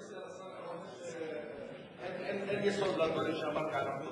אתה אומר שאין יסוד לדברים שאמרתי על ארצות-הברית.